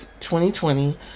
2020